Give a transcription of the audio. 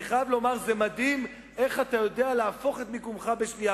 אני חייב לומר: זה מדהים איך אתה יודע להפוך את מיקומך בשנייה.